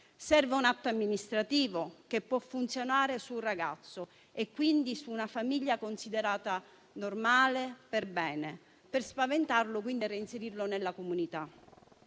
Serve un atto amministrativo, che può funzionare su un ragazzo, quindi su una famiglia considerata normale, per bene, al fine di spaventarlo e reinserirlo nella comunità